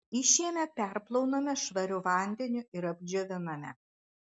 išėmę perplauname švariu vandeniu ir apdžioviname